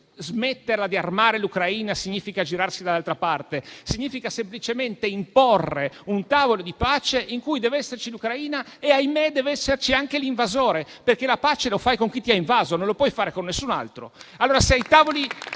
che smetterla di armare l'Ucraina significhi girarsi dall'altra parte. Significa semplicemente imporre un tavolo di pace in cui deve esserci l'Ucraina e - ahimè - deve esserci anche l'invasore, perché la pace la fai con chi ti ha invaso, e non la puoi fare con nessun altro.